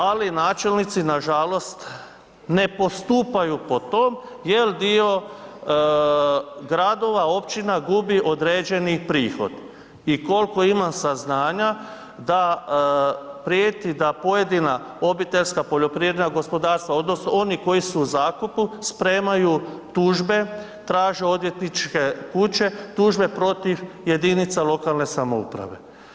Ali načelnici nažalost ne postupaju po tom jel dio gradova, općina gubi određeni prihoda i kolko imam saznanja da prijeti da pojedina obiteljska poljoprivredna gospodarstva odnosno oni koji su u zakupu spremaju tužbe, traže odvjetničke kuće, tužbe protiv jedinica lokalne samouprave.